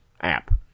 app